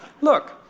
look